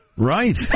Right